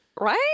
Right